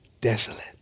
desolate